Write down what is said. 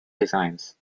designs